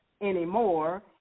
anymore